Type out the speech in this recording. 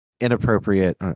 inappropriate